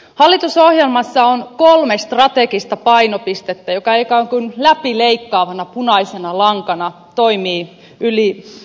hallitusohjelmassa on kolme strategista painopistettä jotka ikään kuin läpileikkaavana punaisena lankana toimivat yli hallintorajojen